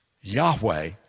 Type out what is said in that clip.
Yahweh